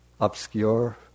obscure